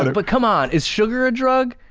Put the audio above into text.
and but come on, is sugar a drug.